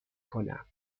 کنم